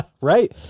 Right